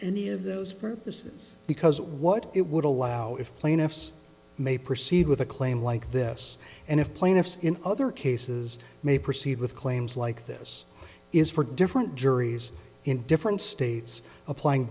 any of those purposes because what it would allow if plaintiffs may proceed with a claim like this and if plaintiffs in other cases may proceed with claims like this is for different juries in different states applying